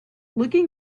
looking